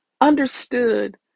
understood